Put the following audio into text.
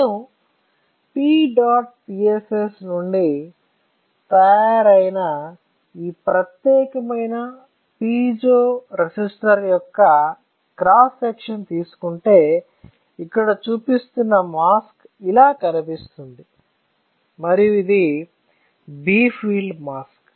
నేను PEDOTPSS నుండి తయారైన ఈ ప్రత్యేకమైన పిజో రెసిస్టర్ యొక్క క్రాస్ సెక్షన్ తీసుకుంటే ఇక్కడ చూపిస్తున్న మాస్క్ ఇలా కనిపిస్తుంది మరియు ఇది B ఫీల్డ్ మాస్క్